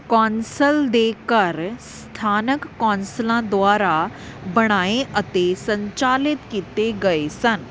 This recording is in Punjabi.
ਕੌਂਸਲ ਦੇ ਘਰ ਸਥਾਨਕ ਕੌਂਸਲਾਂ ਦੁਆਰਾ ਬਣਾਏ ਅਤੇ ਸੰਚਾਲਿਤ ਕੀਤੇ ਗਏ ਸਨ